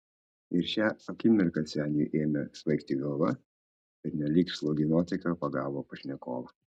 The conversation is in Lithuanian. ir šią akimirką seniui ėmė svaigti galva pernelyg slogi nuotaika pagavo pašnekovą